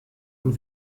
und